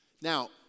Now